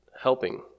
helping